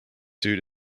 suit